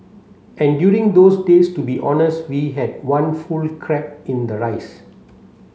and during those days to be honest we had one full crab in the rice